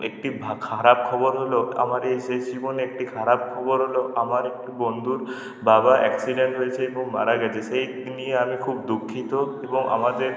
একটি খারাপ খবর হল আমার এই শেষ জীবনে একটি খারাপ খবর হল আমার একটি বন্ধুর বাবার অ্যাক্সিডেন্ট হয়েছে এবং মারা গিয়েছে সেই নিয়ে আমি খুব দুঃখিত এবং আমাদের